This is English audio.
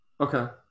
Okay